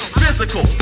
physical